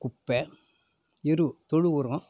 குப்பை எரு தொழு உரம்